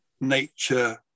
nature